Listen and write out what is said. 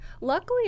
Luckily